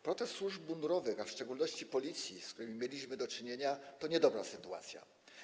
Protest służb mundurowych, a w szczególności Policji, z którym mieliśmy do czynienia, to niedobra sytuacja.